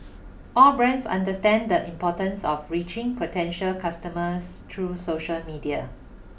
all brands understand the importance of reaching potential customers through social media